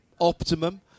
optimum